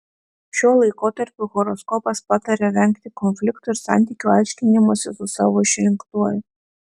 šiuo laikotarpiu horoskopas pataria vengti konfliktų ir santykių aiškinimosi su savo išrinktuoju